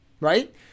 right